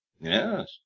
Yes